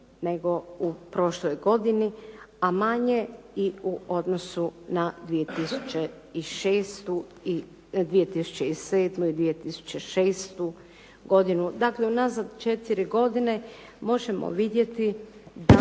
nego u prošloj godini a manje i u odnosu na 2007. i 2006. godinu, dakle unazad četiri godine možemo vidjeti da